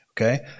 Okay